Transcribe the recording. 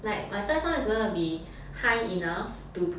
like my platform is going to be high enough to